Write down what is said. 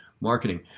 marketing